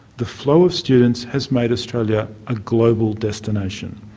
the flow of students has made australia a global destination.